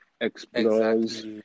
explores